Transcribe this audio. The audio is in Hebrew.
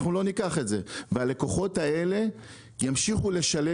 אנחנו לא ניקח את זה והלקוחות האלה ימשיכו לשלם